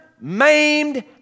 maimed